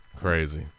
Crazy